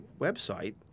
website